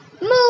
Move